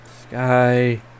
sky